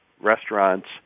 restaurants